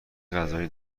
غذایی